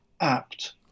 apt